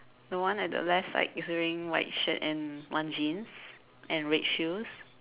the one at the left side is wearing white shirt and one jeans and red shoes